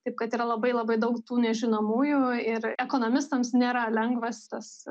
taip kad yra labai labai daug tų nežinomųjų ir ekonomistams nėra lengvas tas